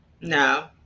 No